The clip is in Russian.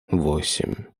восемь